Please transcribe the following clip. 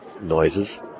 noises